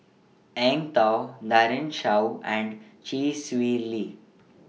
Eng Tow Daren Shiau and Chee Swee Lee